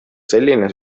selline